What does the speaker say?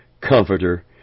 Comforter